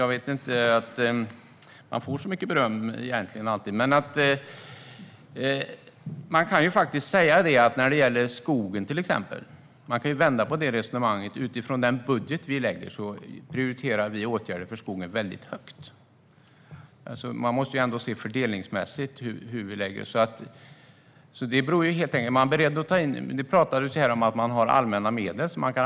Man får väl inte så mycket beröm alltid. Men när det gäller till exempel skogen går det att vända på det resonemanget. Utifrån den budget vi lägger prioriterar vi åtgärder för skogen högt. Man måste se på hur vi lägger det fördelningsmässigt. Det talades om allmänna medel.